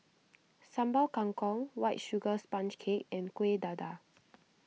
Sambal Kangkong White Sugar Sponge Cake and Kuih Dadar